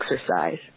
exercise